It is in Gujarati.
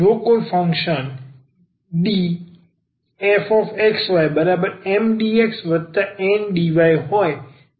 જો કોઈ ફંક્શન dfxyMdxNdy હોય